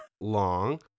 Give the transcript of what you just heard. long